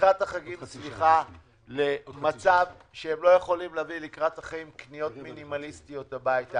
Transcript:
החגים למצב שהם לא יכולים להביא קניות מינימליסטיות הביתה.